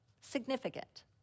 significant